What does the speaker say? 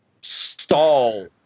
stall